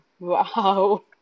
Wow